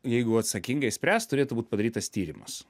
jeigu atsakingai spręst turėtų būt padarytas tyrimas